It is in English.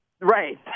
Right